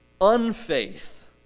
unfaith